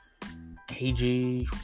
KG